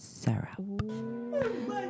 syrup